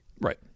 Right